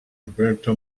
roberto